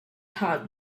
top